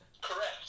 correct